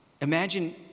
Imagine